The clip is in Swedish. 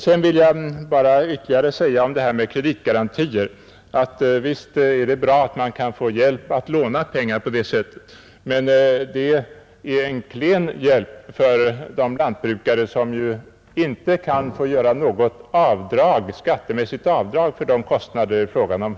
Om detta med kreditgarantier vill jag säga, att visst är det bra att man kan få hjälp att låna pengar på det sättet, men det är en klen hjälp för lantbrukarna som i motsats till industrin inte kan få göra något skattemässigt avdrag för de kostnader det här är fråga om.